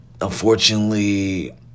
unfortunately